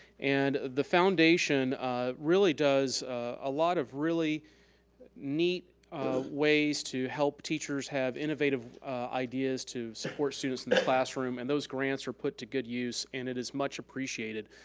and the foundation foundation um really does a lot of really neat ways to help teachers have innovative ideas to support students in the classroom and those grants are put to good use and it is much appreciated.